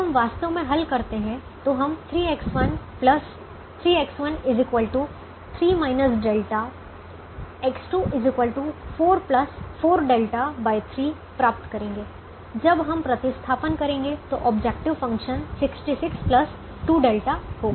यदि हम वास्तव में हल करते हैं तो हम X1 3 ઠ X2 4 4 ઠ3 प्राप्त करेंगे और जब हम प्रतिस्थापन करेंगे तो ऑब्जेक्टिव फ़ंक्शन 66 2 ઠ होगा